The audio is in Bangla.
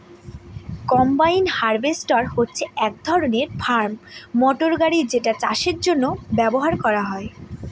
কম্বাইন হার্ভেস্টর হচ্ছে এক ধরনের ফার্ম মটর গাড়ি যেটা চাষের জন্য ব্যবহার করা হয়